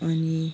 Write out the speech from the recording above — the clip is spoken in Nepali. अनि